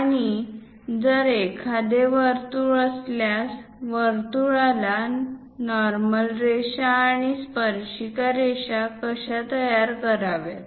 आणि जर एखादे वर्तुळ असल्यास वर्तुळाला नॉर्मल रेषा आणि स्पर्शिका रेषा कशा तयार कराव्यात